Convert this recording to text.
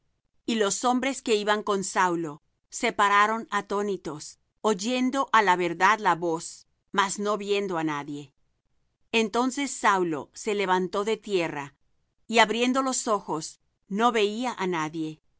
y los hombres que iban con saul se pararon atónitos oyendo á la verdad la voz mas no viendo á nadie entonces saulo se levantó de tierra y abriendo los ojos no veía á nadie